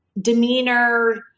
demeanor